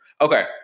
Okay